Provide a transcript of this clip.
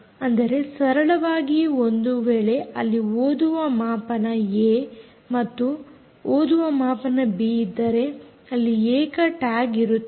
ಅಂದರೆ ಸರಳವಾಗಿ ಒಂದು ವೇಳೆ ಅಲ್ಲಿ ಓದುವ ಮಾಪನ ಏ ಮತ್ತು ಓದುವ ಮಾಪನ ಬಿ ಇದ್ದರೆ ಅಲ್ಲಿ ಏಕ ಟ್ಯಾಗ್ ಇರುತ್ತದೆ